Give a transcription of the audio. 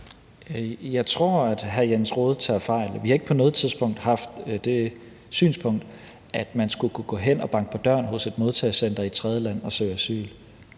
Jeg tror, at hr. Jens Rohde tager fejl. Vi har ikke på noget tidspunkt haft det synspunkt, at man skulle kunne gå hen og banke på døren i et modtagecenter i et tredjeland og søge asyl.